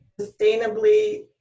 sustainably